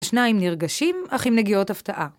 השניים נרגשים, אך אם נגיעות הפתעה.